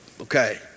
Okay